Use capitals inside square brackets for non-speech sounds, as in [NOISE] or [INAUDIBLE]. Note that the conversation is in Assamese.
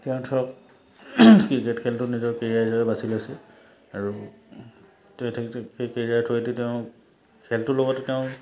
তেওঁ ধৰক ক্ৰিকেট খেলটো নিজৰ কেৰিয়াৰ [UNINTELLIGIBLE] বাছি লৈছে আৰু [UNINTELLIGIBLE] কেৰিয়াৰ থ্ৰুৱেদি তেওঁ খেলটোৰ লগতে তেওঁ